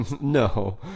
No